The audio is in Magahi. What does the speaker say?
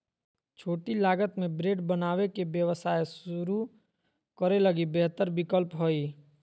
छोटी लागत में ब्रेड बनावे के व्यवसाय शुरू करे लगी बेहतर विकल्प हइ